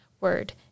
word